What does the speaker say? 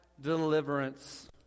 deliverance